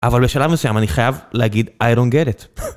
אבל בשלב מסוים אני חייב להגיד i dont get it.